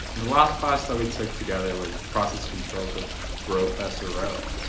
the last class that we took together was process controls with bro-fessor rowe.